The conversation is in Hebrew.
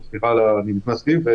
למקצוענים.